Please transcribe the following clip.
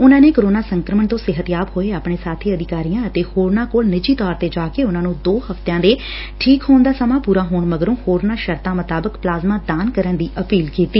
ਉਨੂਂ ਨੇ ਕੋਰੋਨਾ ਸੰਕਰਮਣ ਤੋ ਸਿਹਤਯਾਬ ਹੋਏ ਆਪਣੇ ਸਾਬੀ ਅਧਿਕਾਰੀਆ ਅਤੇ ਹੋਰਨਾ ਕੋਲ ਨਿੱਜੀ ਤੌਰ ਤੇ ਜਾ ਕੇ ਉਨਾਂ ਨੂੰ ਦੋ ਹਫ਼ਤਿਆਂ ਦੇ ਠੀਕ ਹੋਣ ਦਾ ਸਮਾਂ ਪੁਰਾ ਹੋਣ ਮਗਰੋਂ ਹੋਰਨਾਂ ਸ਼ਰਤਾਂ ਮੁਤਾਬਿਕ ਪਲਾਜ਼ਮਾ ਦਾਨ ਕਰਨ ਦੀ ਅਪੀਲ ਕੀਤੀ